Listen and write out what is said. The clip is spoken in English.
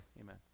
amen